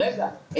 רגע.